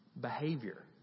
behavior